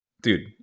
Dude